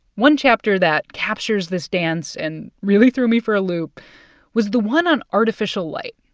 one chapter that captures this dance and really threw me for a loop was the one on artificial light.